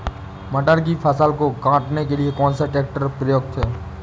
मटर की फसल को काटने के लिए कौन सा ट्रैक्टर उपयुक्त है?